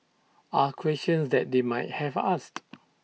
are questions that they might have asked